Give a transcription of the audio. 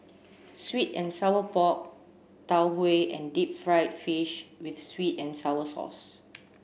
sweet and sour pork tau Huay and deep fried fish with sweet and sour sauce